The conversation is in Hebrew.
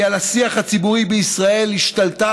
כי על השיח הציבורי בישראל השתלטה